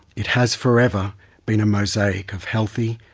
it has forever been a mosaic of healthy,